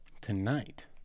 tonight